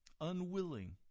unwilling